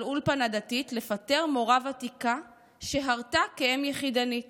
אולפנה דתית לפטר מורה ותיקה שהרתה כאם יחידנית